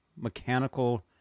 mechanical